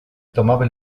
tomaba